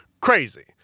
Crazy